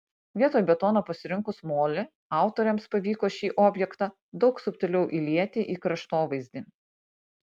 vietoj betono pasirinkus molį autoriams pavyko šį objektą daug subtiliau įlieti į kraštovaizdį